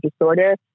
disorder